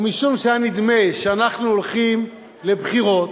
ומשום שהיה נדמה שאנחנו הולכים לבחירות,